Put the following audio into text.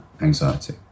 anxiety